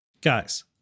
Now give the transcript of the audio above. Guys